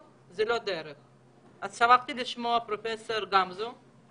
זאת הנשמה היתרה של כל אחד מאזרחי מדינת ישראל.